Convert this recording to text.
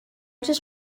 just